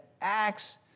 Acts